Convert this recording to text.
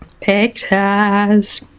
Pictures